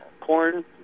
corn